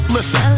Listen